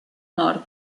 nord